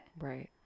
Right